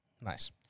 nice